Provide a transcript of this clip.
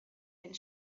and